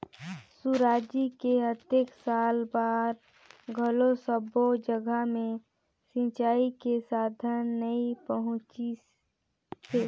सुराजी के अतेक साल बार घलो सब्बो जघा मे सिंचई के साधन नइ पहुंचिसे